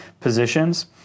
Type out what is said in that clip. positions